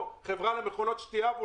מישהו שהייתה לו חברה למכונות שתיה והוא